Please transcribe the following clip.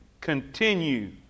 Continue